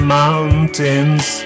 mountain's